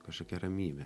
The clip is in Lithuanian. kažkokia ramybė